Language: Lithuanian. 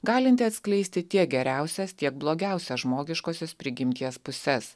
galinti atskleisti tiek geriausias tiek blogiausias žmogiškosios prigimties puses